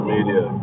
Media